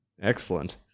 Excellent